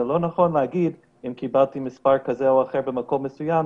זה לא נכון לומר: אם קיבלתי מספר כזה או אחר במקום מסוים,